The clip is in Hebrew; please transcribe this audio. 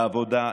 העבודה,